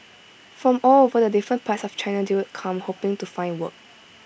from all over the different parts of China they'd come hoping to find work